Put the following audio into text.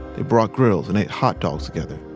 they brought grills and ate hot dogs together.